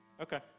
Okay